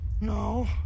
No